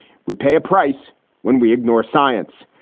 we pay a price when we ignore science.